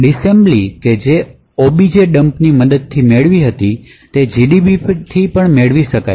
ડિસમ્બ્લી કે જે objdumpની મદદથી મેળવી તે gdb થી પણ મેળવી શકાય છે